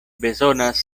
bezonas